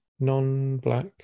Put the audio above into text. non-black